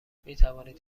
میتوانید